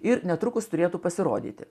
ir netrukus turėtų pasirodyti